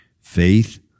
faith